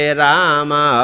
rama